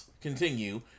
continue